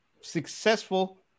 successful